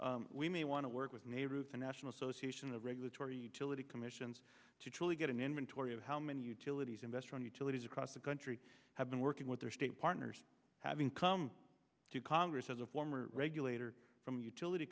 we may want to work with nehru the national association of regulatory utility commissions to truly get an inventory of how many utilities investor owned utilities across the country have been working with their state partners having come to congress as a former regulator from utility